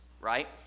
Right